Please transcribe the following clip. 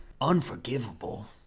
unforgivable